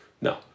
No